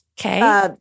Okay